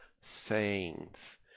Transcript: sayings